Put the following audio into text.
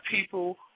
people